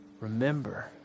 remember